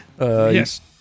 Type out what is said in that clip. Yes